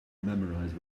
memorize